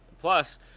Plus